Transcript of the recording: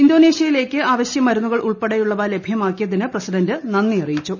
ഇന്തോനേഷ്യയിലേയ്ക്ക് അവശ്യ മരുന്നുകൾ ഉൾപ്പെടെയുള്ളവ ലഭ്യമാക്കിയതിന് പ്രസിഡന്റ് നന്ദി അറിയിച്ചു